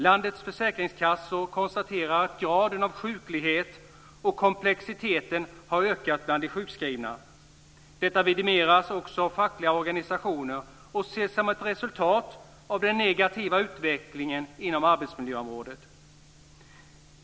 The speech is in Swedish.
Landets försäkringskassor konstaterar att graden av sjuklighet och komplexiteten har ökat bland de sjukskrivna. Detta vidimeras också av fackliga organisationer och ses som ett resultat av den negativa utvecklingen inom arbetsmiljöområdet.